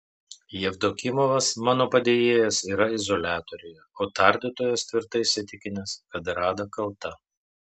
jevdokimovas mano padėjėjas yra izoliatoriuje o tardytojas tvirtai įsitikinęs kad rada kalta